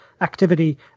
activity